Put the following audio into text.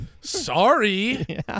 Sorry